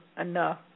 enough